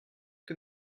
que